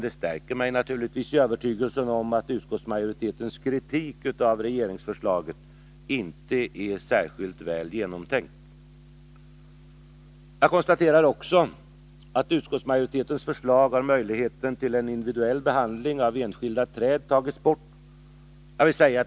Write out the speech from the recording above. Det stärker mig också i övertygelsen att utskottsmajoritetens kritik av regeringsförslaget inte är särskilt väl genomtänkt. Jag konstaterar också att i utskottsmajoritetens förslag har möjligheten till individuell behandling av enskilda träd tagits bort.